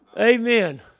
Amen